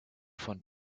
von